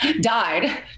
died